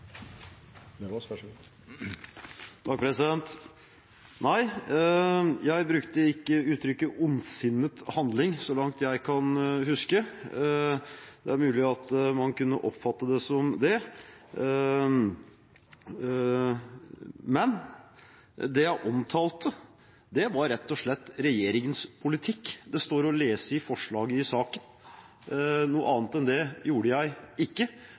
ondsinnet handling, så langt jeg kan huske. Det er mulig at man kunne oppfatte det som det, men det jeg omtalte, var rett og slett regjeringens politikk, som står å lese i forslaget i saken. Noe annet enn det gjorde